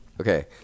Okay